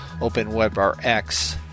OpenWebRx